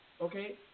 Okay